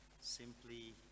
Simply